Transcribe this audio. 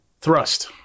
thrust